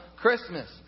Christmas